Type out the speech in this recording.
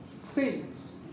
saints